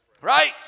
Right